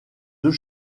deux